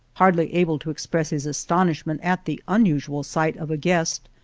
hardly able to express his astonishment at the unusual sight of a guest,